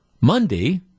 Monday